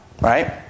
Right